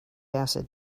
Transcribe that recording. acid